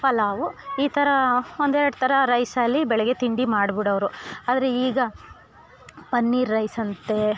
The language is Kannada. ಪಲಾವು ಈ ಥರ ಒಂದು ಎರಡು ಥರ ರೈಸಲ್ಲಿ ಬೆಳಗ್ಗೆ ತಿಂಡಿ ಮಾಡ್ಬಿಡೋರು ಆದರೆ ಈಗ ಪನ್ನೀರ್ ರೈಸ್ ಅಂತೇ